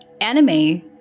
anime